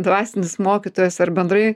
dvasinis mokytojas ar bendrai